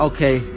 Okay